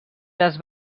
les